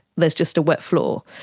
there's just a wet floor'.